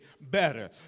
better